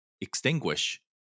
extinguish